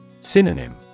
Synonym